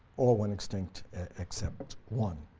all went extinct except one.